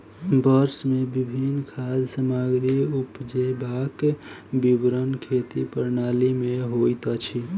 वर्ष मे विभिन्न खाद्य सामग्री उपजेबाक विवरण खेती प्रणाली में होइत अछि